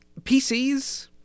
PCs